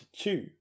two